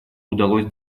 удалось